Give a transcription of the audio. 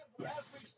Yes